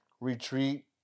retreat